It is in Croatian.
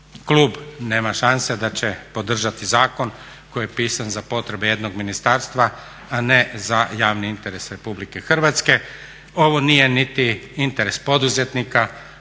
Klub nema šanse da će podržati zakon koji je pisan za potrebe jednog ministarstva, a ne za javni interes RH. Ovo nije niti interes poduzetnika